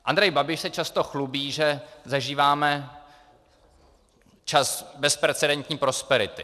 Andrej Babiš se často chlubí, že zažíváme čas bezprecedentní prosperity.